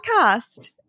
podcast